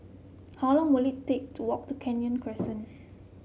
how long will it take to walk to Kenya Crescent